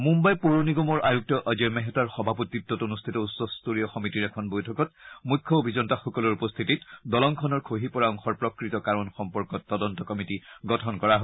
মূঘ়ই পৌৰ নিগমৰ আয়ুক্ত অজয় মেহতাৰ সভাপতিত্বত অনুষ্ঠিত উচ্চস্থৰীয় সমিতিৰ এখন বৈঠকত মুখ্য অভিযন্তাসকলৰ উপস্থিতিত দলঙখনৰ খহিপৰা অংশৰ প্ৰকৃত কাৰণ সম্পৰ্কত তদন্ত কমিটি গঠন কৰা হয়